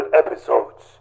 episodes